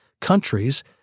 countries